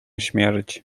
śmierć